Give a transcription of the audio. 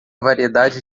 variedade